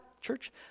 church